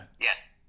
Yes